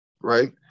right